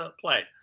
play